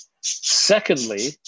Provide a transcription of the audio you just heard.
Secondly